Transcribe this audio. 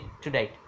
today